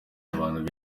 abantu